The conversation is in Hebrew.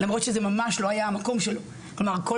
למרות שזה ממש לא היה המקום שלו.